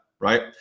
right